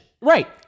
Right